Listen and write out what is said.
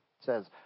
says